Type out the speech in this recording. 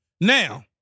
Now